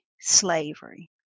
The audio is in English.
slavery